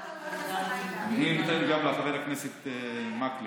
היא נותנת גם לחבר הכנסת מקלב.